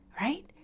right